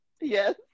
Yes